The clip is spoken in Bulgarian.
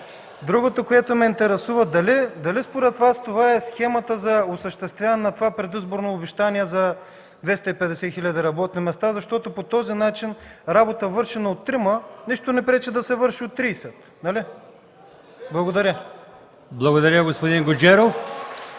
Другото, което ме интересува: дали според Вас това е схемата за осъществяване на това предизборно обещание за 250 хиляди работни места, защото по този начин работа, вършена от трима, нищо не пречи да се върши от тридесет, нали? Благодаря.